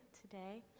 today